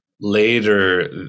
later